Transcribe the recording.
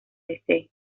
desee